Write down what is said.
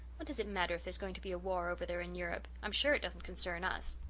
what does it matter if there's going to be a war over there in europe? i'm sure it doesn't concern us.